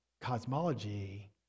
cosmology